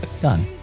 done